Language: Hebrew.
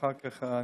אחר כך,